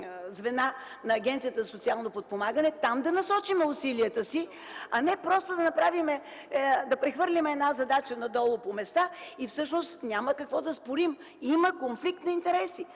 на Агенцията за социално подпомагане и там да насочим усилията си, а не да прехвърлим една задача надолу по места. Няма какво да спорим. Има конфликт на интереси.